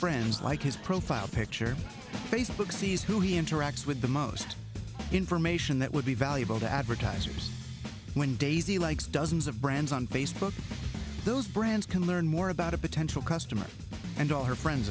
friends like his profile picture facebook sees who he interacts with the most information that would be valuable to advertisers when daisy likes dozens of brands on facebook those brands can learn more about a potential customer and all her friends